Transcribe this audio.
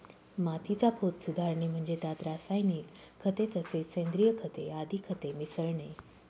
मातीचा पोत सुधारणे म्हणजे त्यात रासायनिक खते तसेच सेंद्रिय खते आदी खते मिसळणे